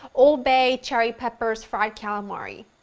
old bay, cherry peppers, fried calamari.